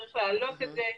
צריך להעלות את זה.